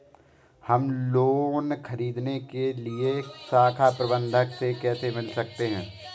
हम लोन ख़रीदने के लिए शाखा प्रबंधक से कैसे मिल सकते हैं?